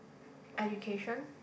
education